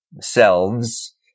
selves